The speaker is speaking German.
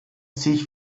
sich